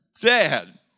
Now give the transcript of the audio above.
Dad